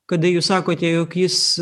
kada jūs sakote jog jis